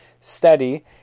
steady